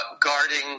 guarding